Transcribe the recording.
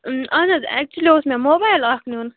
اہن حظ ایٚکچُلی اوس مےٚ موبایِل اکھ نِیُن